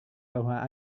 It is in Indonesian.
bahwa